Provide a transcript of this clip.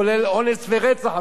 אפילו, דרך האינטרנט,